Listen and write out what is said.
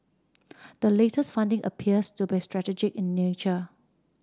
the latest funding appears to be strategy in nature